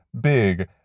Big